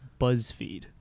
Buzzfeed